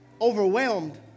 overwhelmed